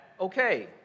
okay